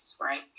right